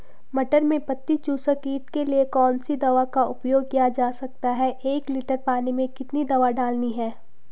मटर में पत्ती चूसक कीट के लिए कौन सी दवा का उपयोग किया जा सकता है एक लीटर पानी में कितनी दवा डालनी है?